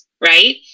Right